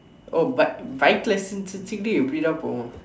oh bike bike license வச்சுக்குட்டு எப்படிடா போவோம்:vachsukkutdu eppadidaa poovoom